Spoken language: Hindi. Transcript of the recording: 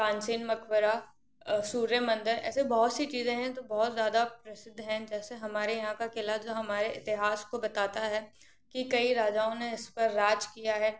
तानसेन मक़बरा सूर्य मंदिर ऐसे बहुत सी चीज़ें हैं जो बहुत ज़्यादा प्रसिद्ध हैं जैसे हमारे यहाँ का किला जो हमारे इतिहास को बताता है कि कई राजाओं ने इस पर राज्य किया है